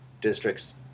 districts